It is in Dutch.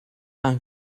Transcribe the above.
aan